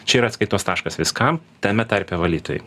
čia yra atskaitos taškas viskam tame tarpe valytojai